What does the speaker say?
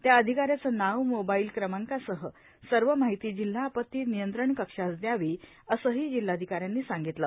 त्या अधिकाऱ्याचे नाव मोबाईल क्रमांकासह सर्व माहिती जिल्हा आपत्ती नियंत्रण कक्षास दयावी असंही जिल्हाधिकाऱ्यांनी सांगितलं